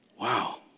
Wow